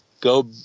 go